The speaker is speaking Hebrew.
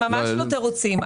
זה ממש לא תירוצים.